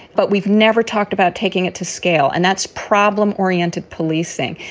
but we've never talked about taking it to scale, and that's problem oriented policing.